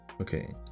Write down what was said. Okay